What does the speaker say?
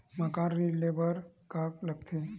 मकान ऋण ले बर का का लगथे?